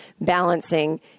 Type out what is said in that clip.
balancing